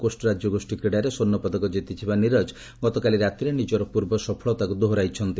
Gold Coast ରାଜ୍ୟଗୋଷୀ କ୍ରୀଡ଼ାରେ ସ୍ପର୍ଣ୍ଣ ପଦକ ଜିତିଥିବା ନିରଜ ଗତକାଲି ରାତିରେ ନିଜର ପୂର୍ବ ସଫଳତାକୁ ଦୋହରାଇଛନ୍ତି